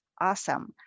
awesome